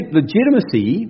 legitimacy